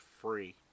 free